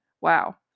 Wow